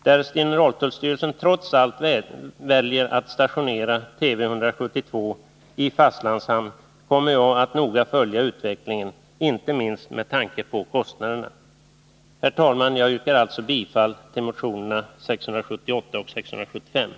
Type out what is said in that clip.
Därest generaltullstyrelsen trots allt väljer att stationera Tv 172 i fastlandshamn, kommer jag att noga följa utvecklingen, inte minst med tanke på kostnaderna. Herr talman! Jag yrkar alltså bifall till motionerna 675 och 678.